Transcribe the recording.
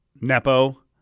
Nepo